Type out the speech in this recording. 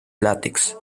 látex